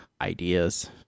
ideas